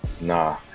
Nah